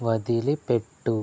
వదిలిపెట్టు